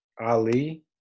Ali